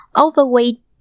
overweight